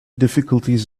difficulties